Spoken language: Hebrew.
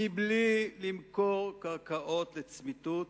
מבלי למכור קרקעות לצמיתות,